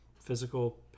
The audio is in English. physical